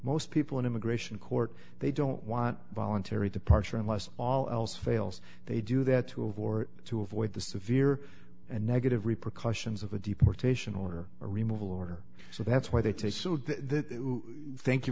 most people in immigration court they don't want voluntary departure unless all else fails they do that to of or to avoid the severe and negative repercussions of a deportation order or remove all order so that's why they take so that thank you